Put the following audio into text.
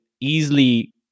easily